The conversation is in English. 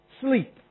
sleep